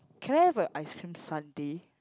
can I have a ice cream sundae